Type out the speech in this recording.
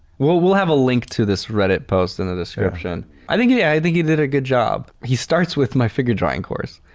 well, we'll have a link to this reddit post in the description. i think yeah, i think you did a good job. he starts with my figure drawing course,